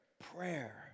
prayer